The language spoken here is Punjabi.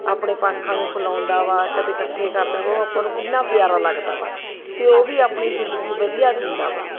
ਆਪਣੇ ਪੰਖਾਂ ਨੂੰ ਖਿਲਾਉਂਦਾ ਵਾ ਕਦੇ ਇਕੱਠੇ ਕਰਦਾ ਉਹ ਆਪਾਂ ਨੂੰ ਕਿੰਨਾ ਪਿਆਰਾ ਲੱਗਦਾ ਵਾ ਅਤੇ ਉਹ ਵੀ ਆਪਣੀ ਜ਼ਿੰਦਗੀ ਵਧੀਆ ਜਿਉਂਦਾ ਵਾ